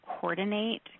coordinate